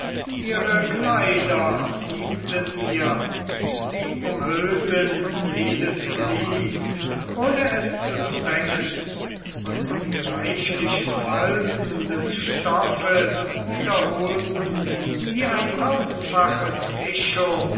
ihre kleider ziemten ihr sie umhüllten jedes glied ohne es zu zwängen und die reichlichen falten des stoffes wiederholten wie ein tausendfaches echo